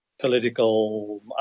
political